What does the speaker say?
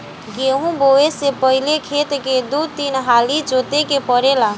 गेंहू बोऐ से पहिले खेत के दू तीन हाली जोते के पड़ेला